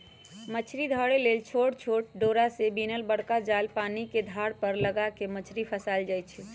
मछरी धरे लेल छोट छोट डोरा से बिनल बरका जाल पानिके धार पर लगा कऽ मछरी फसायल जाइ छै